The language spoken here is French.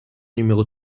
numéro